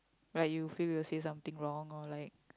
right you feel you will say something wrong or like